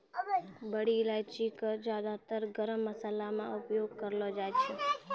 बड़ी इलायची कॅ ज्यादातर गरम मशाला मॅ उपयोग करलो जाय छै